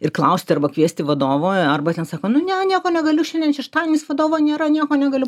ir klausti arba kviesti vadovo arba ten sako nu ne nieko egaliu šiandien šeštadienis vadovo nėra nieko negaliu